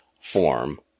form